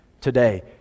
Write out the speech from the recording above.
today